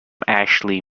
ashley